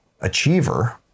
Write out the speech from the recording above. achiever